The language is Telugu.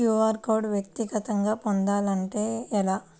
క్యూ.అర్ కోడ్ వ్యక్తిగతంగా పొందాలంటే ఎలా?